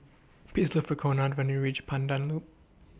Please Look For Conard when YOU REACH Pandan Loop